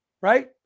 right